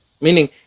Meaning